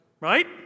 Right